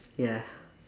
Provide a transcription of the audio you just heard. ya